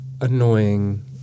annoying